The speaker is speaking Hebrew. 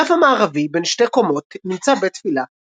באגף המערבי, בן שתי קומות, נמצא בית תפילה.